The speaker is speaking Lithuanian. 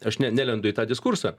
aš ne nelendu į tą diskursą